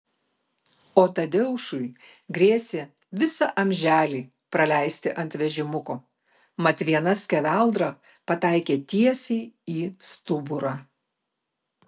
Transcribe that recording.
o tadeušui grėsė visą amželį praleisti ant vežimuko mat viena skeveldra pataikė tiesiai į stuburą